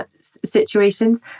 situations